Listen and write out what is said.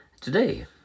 today